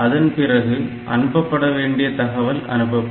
அதன் பிறகு அனுப்பப்பட வேண்டிய தகவல் அனுப்பப்படும்